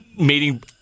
meeting